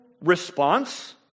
response